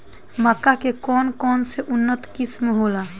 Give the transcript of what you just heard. मक्का के कौन कौनसे उन्नत किस्म होला?